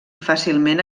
fàcilment